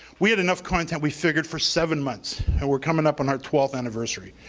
we had enough content we figured for seven months and we're coming up on our twelfth anniversary.